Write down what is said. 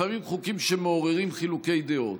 לפעמים חוקים שמעוררים חילוקי דעות,